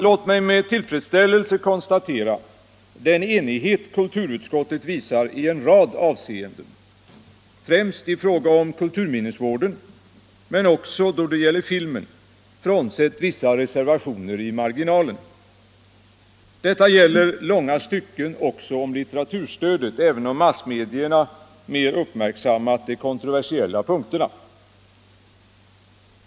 Låt mig med tillfredsställelse konstatera den enighet kulturutskottet visar i en rad avseenden, främst i fråga om kulturminnesvården men också då det gäller filmen — frånsett vissa reservationer i marginalen. Detta gäller i långa stycken också litteraturstödet, även om massmedia mer uppmärksammat de kontroversiella punkterna.